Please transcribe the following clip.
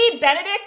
Benedict